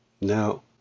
now